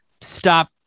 stop